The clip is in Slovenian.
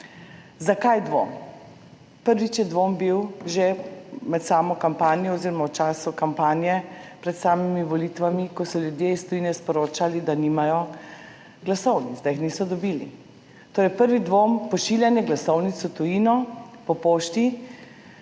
Zakaj dvom? Prvič, dvom je bil že med samo kampanjo oziroma v času kampanje pred samimi volitvami, ko so ljudje iz tujine sporočali, da nimajo glasovnic, da jih niso dobili, torej, prvi dvom v pošiljanje glasovnic v tujino po pošti,